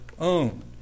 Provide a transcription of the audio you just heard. own